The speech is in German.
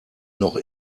noch